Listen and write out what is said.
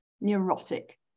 neurotic